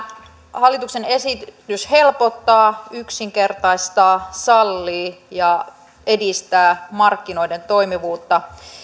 hallituksen esitys helpottaa yksinkertaistaa ja sallii ja edistää markkinoiden toimivuutta